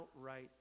outright